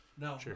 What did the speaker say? No